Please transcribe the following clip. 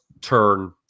turn